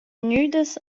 gnüdas